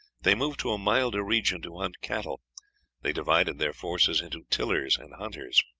they move to a milder region to hunt cattle they divided their forces into tillers and hunters.